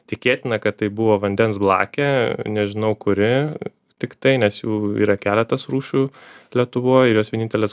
tikėtina kad tai buvo vandens blakė nežinau kuri tiktai nes jų yra keletas rūšių lietuvoj ir jos vienintelės